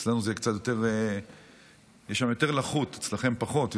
אצלנו יש יותר לחות ואצלכם פחות,